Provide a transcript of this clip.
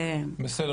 סוגיה